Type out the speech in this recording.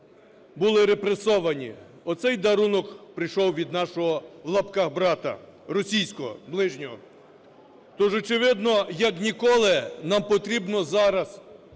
були репресовані. Оцей дарунок прийшов від нашого (в лапках) "брата" російського, ближнього. Тож, очевидно, як ніколи нам потрібно зараз